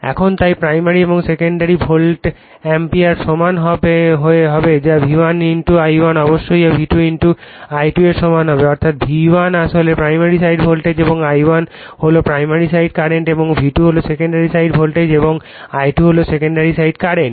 এখন তাই প্রাইমারি এবং সেকেন্ডারি ভোল্ট অ্যাম্পিয়ার সমান হবে যা V1 I1 অবশ্যই V2 I2 এর সমান হবে অর্থাৎ V1 আসলে প্রাইমারি সাইড ভোল্টেজ এবং I1 হল প্রাইমারি সাইড কারেন্ট এবং V2 হল সেকেন্ডারি সাইড ভোল্টেজ এবং I2 হল সেকেন্ডারি সাইড কারেন্ট